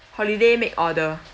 holiday make order